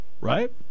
right